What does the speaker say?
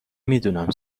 میدونم